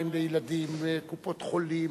שיניים לילדים, קופות-חולים,